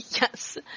Yes